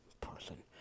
person